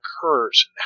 occurs